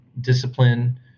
discipline